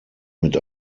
mit